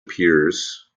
appears